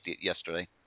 yesterday